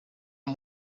een